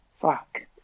Fuck